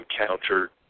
encountered